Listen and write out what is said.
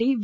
D V